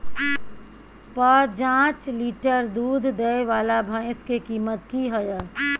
प जॉंच लीटर दूध दैय वाला भैंस के कीमत की हय?